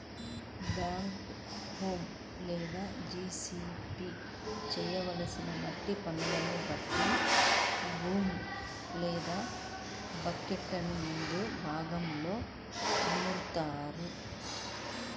back హో లేదా JCB చేయాల్సిన మట్టి పనిని బట్టి బూమ్ లేదా బకెట్టుని ముందు భాగంలో అమరుత్తారు